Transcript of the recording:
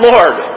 Lord